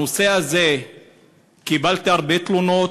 בנושא הזה קיבלתי הרבה תלונות.